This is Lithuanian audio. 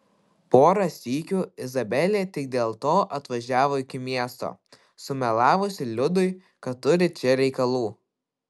porą sykių izabelė tik dėl to atvažiavo iki miesto sumelavusi liudui kad turi čia reikalų